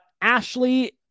Ashley